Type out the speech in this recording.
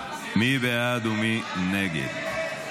מי בעד ומי נגד?